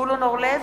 זבולון אורלב,